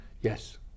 Yes